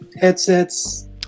headsets